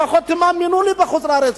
לפחות תממנו לי בחוץ-לארץ.